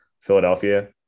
Philadelphia